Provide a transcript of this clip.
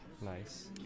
Nice